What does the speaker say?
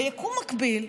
ביקום מקביל,